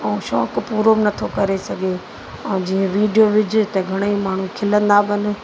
ऐं शौक़ु पूरो नथो करे सघे ऐं जीअं विडियो विझे त घणेई माण्हू खिलंदा बि आहिनि